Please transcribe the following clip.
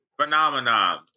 phenomenon